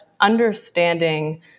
understanding